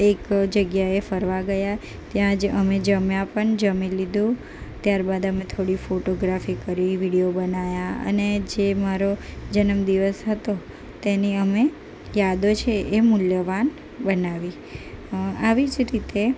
એક જગ્યાએ ફરવા ગયા ત્યાં જ અમે જમ્યા પણ જમી લીધું ત્યારબાદ અમે થોડી ફોટોગ્રાફી કરી વિડિઓ બનાવ્યા અને જે મારો જન્મદિવસ હતો તેની અમે યાદો છે એ મૂલ્યવાન બનાવી આવી જ રીતે